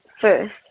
first